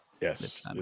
Yes